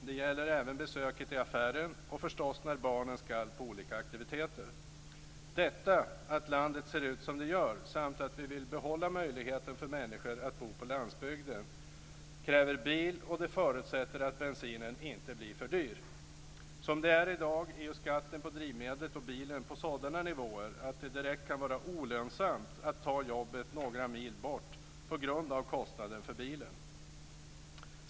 Det gäller även besöket i affären och förstås när barnen ska till olika aktiviteter. Att landet ser ut som det gör samt att vi vill behålla möjligheten för människor att bo på landsbygden kräver bil, och det förutsätter att bensinen inte blir för dyr. Som det är i dag är skatten på drivmedlet och på bilen på sådana nivåer att det kan vara direkt olönsamt att ta jobbet några mil bort, på grund av kostnaden för bilen.